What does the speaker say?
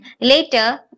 later